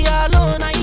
alone